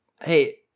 Hey